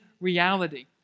reality